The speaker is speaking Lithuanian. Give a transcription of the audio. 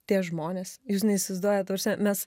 tie žmonės jūs neįsivaizduojat ta prasme mes